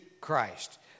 Christ